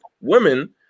women